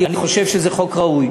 אני חושב שזה חוק ראוי,